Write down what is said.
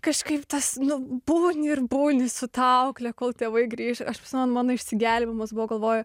kažkaip tas nu buvo ir buvo su ta aukle kol tėvai grįš aš visa mano išsigelbėjimas buvo galvojo